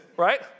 Right